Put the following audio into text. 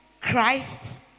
Christ